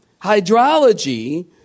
Hydrology